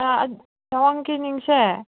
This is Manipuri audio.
ꯆꯨꯔꯥꯡꯀꯤꯅꯤꯡꯁꯦ